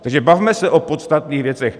Takže bavme se o podstatných věcech.